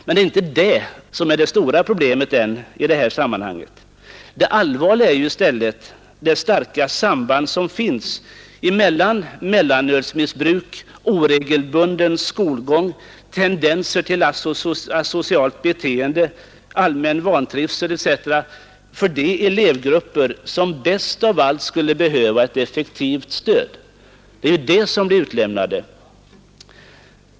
Men det är inte detta som är det stora problemet i sammanhanget. Det allvarliga är i stället det starka samband som finns mellan mellanölsmissbruk, oregelbunden skolgång, tendenser till asocialt beteende, allmän vantrivsel etc. för de elevgrupper som bäst av allt skulle behöva ett effektivt stöd. Det är de som blir utlämnade.